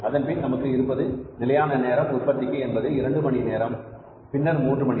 அதன்பின் நமக்கு இருப்பது நிலையான நேரம் உற்பத்திக்கு என்பது இரண்டு மணி நேரம் பின்னர் மூன்று மணி